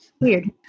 weird